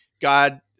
God